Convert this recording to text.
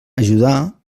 ajudar